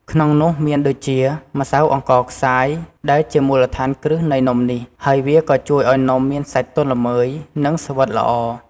ក្នុងនោះមានដូចជា ម្សៅអង្ករខ្សាយ ដែលជាមូលដ្ឋានគ្រឹះនៃនំនេះ ហើយវាក៏ជួយឱ្យនំមានសាច់ទន់ល្មើយ និងស្វិតល្អ។